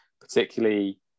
particularly